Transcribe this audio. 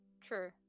True